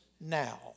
now